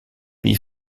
pays